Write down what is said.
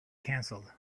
cancelled